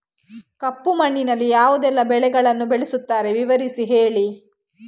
ಕಪ್ಪು ಮಣ್ಣಿನಲ್ಲಿ ಯಾವುದೆಲ್ಲ ಬೆಳೆಗಳನ್ನು ಬೆಳೆಸುತ್ತಾರೆ ವಿವರಿಸಿ ಹೇಳಿ